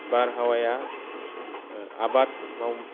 बारहावाया आबाद